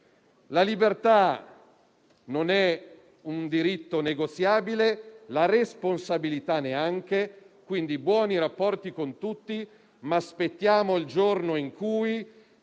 la libertà non è un diritto negoziabile, ma la responsabilità neanche; quindi, buoni rapporti con tutti, ma aspettiamo il giorno in cui